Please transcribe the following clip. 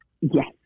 Yes